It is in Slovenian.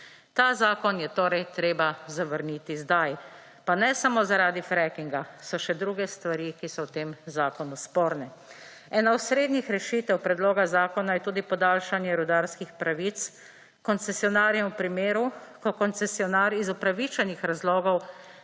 Ta zakon je torej treba zavrniti sedaj. Pa ne samo, zaradi freakinga so še druge stvari, ki so v tem zakonu sporne. **7. TRAK: (DAG) – 9.30** (nadaljevanje) Ena osrednjih rešitev predloga zakona je tudi podaljšanje rudarskih pravic koncesionarju v primeru, ko koncesionar iz upravičenih razlogov